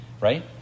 right